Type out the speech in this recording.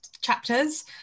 chapters